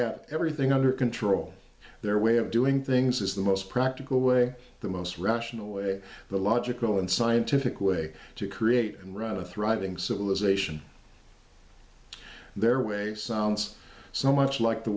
have everything under control their way of doing things is the most practical way the most rational way the logical and scientific way to create and run a thriving civilization their way sounds so much like the